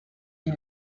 die